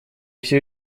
все